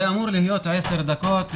זה אמור להיות עשר דקות,